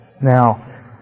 Now